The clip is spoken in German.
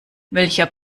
welcher